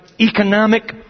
economic